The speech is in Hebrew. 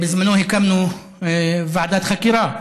בזמנו הקמנו ועדת חקירה,